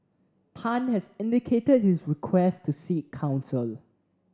Tan has indicated his request to seek counsel